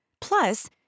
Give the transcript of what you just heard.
Plus